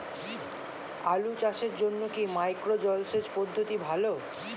আলু চাষের জন্য কি মাইক্রো জলসেচ পদ্ধতি ভালো?